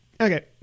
okay